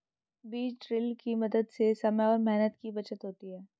बीज ड्रिल के मदद से समय और मेहनत की बचत होती है